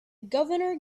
governor